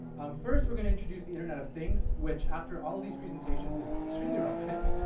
um, first, we're gonna introduce the internet of things, which after all these presentations, is extremely relevant.